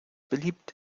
beliebt